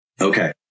Okay